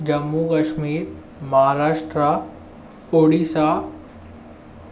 Jammu Kashmir Maharashtra Odisha